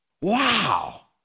Wow